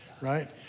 right